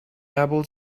able